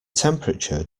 temperature